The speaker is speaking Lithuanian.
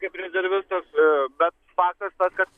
kaip rezervistas bet faktas tas kad